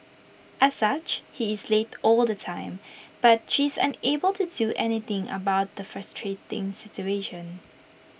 as such he is late all the time but she is unable to do anything about the frustrating situation